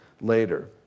later